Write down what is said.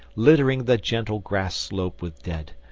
littering the gentle grass slope with dead,